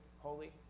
holy